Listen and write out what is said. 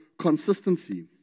consistency